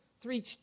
three